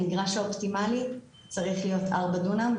המגרש האופטימלי צריך להיות 4 דונם.